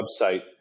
website